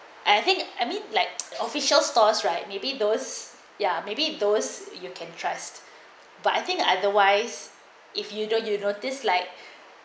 and I think I mean like official stores right maybe those ya maybe those you can trust but I think otherwise if you don't you don't notices like